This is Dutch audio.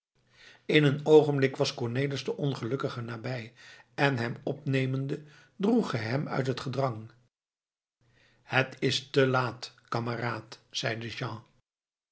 in een oogenblik was cornelis den ongelukkige nabij en hem opnemende droeg hij hem uit het gedrang het is te laat kameraad zeide jean